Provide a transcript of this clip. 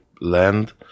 land